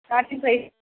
starting price